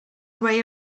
way